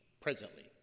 presently